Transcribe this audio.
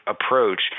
approach